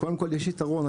קודם כל יש יתרון,